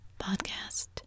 podcast